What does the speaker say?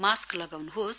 mask लगाउन्होस्